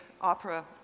Opera